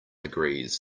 agrees